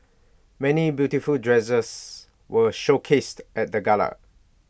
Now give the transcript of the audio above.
many beautiful dresses were showcased at the gala